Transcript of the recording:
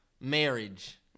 marriage